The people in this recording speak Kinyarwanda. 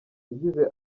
yagize